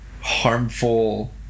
harmful